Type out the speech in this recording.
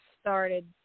started